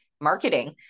marketing